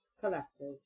collective